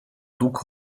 took